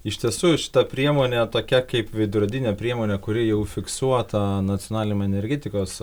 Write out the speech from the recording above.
iš tiesų šita priemonė tokia kaip veidrodinė priemonė kuri jau fiksuota nacionaliniam energetikos